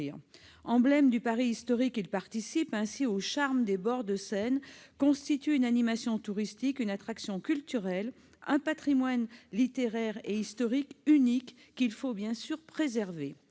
Emblèmes du Paris historique, ils participent au charme des bords de Seine : ils constituent une animation touristique, une attraction culturelle, un patrimoine littéraire et historique unique qu'il faut bien sûr préserver.